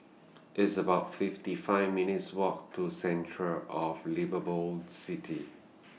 It's about fifty five minutes' Walk to Centre of Liveable Cities